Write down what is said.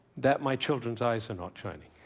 that my children's eyes are not shining?